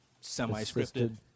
semi-scripted –